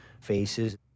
faces